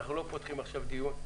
אנחנו לא פותחים עכשיו דיון.